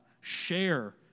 share